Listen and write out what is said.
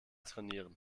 trainieren